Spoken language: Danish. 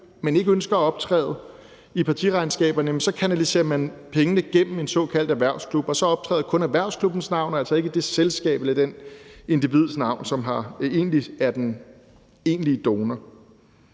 men ikke ønsker at optræde i partiregnskaberne, kanaliserer pengene gennem en såkaldt erhvervsklub, og så optræder kun erhvervsklubbens navn og altså ikke det selskab eller det individs navn, som er den egentlige donor.